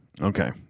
okay